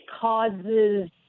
causes